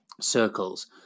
circles